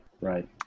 right